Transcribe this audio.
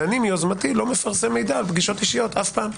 ואני מיוזמתי לא מפרסם מידע על פגישות אישיות לעולם.